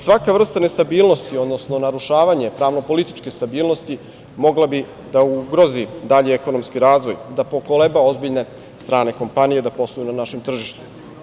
Svaka vrsta nestabilnosti, odnosno narušavanje pravno-političke stabilnosti moglo bi da ugrozi dalji ekonomski razvoj, da pokoleba ozbiljne strane kompanije da posluju na našem tržištu.